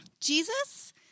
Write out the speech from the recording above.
Jesus